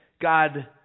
God